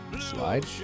Slide